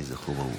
יהי זכרו ברוך.